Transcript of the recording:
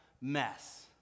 mess